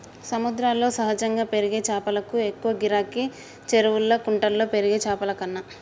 సముద్రాల్లో సహజంగా పెరిగే చాపలకు ఎక్కువ గిరాకీ, చెరువుల్లా కుంటల్లో పెరిగే చాపలకన్నా